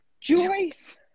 Joyce